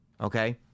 Okay